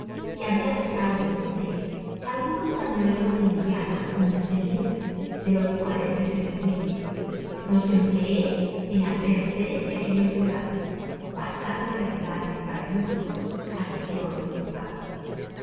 que habia sacado del buque alguuos pañuelos de indiana ó muselina de los cuales pensé servirme los empleé en hacer tres pequeños cedazos bastante regulares para el uso á que yo los destinaba